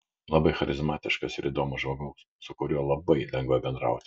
labai charizmatiškas ir įdomus žmogus su kuriuo labai lengva bendrauti